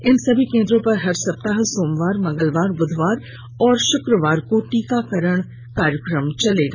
इन सभी केंद्रों पर हर सप्ताह सोमवार मंगलवार बुधवार और शुक्रवार को टीकाकरण कार्यक्रम चलेगा